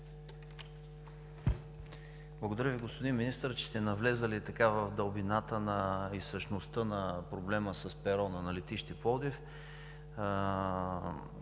Благодаря Ви, господин Министър, че сте навлезли в дълбината и същността на проблема с перона на летище Пловдив.